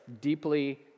deeply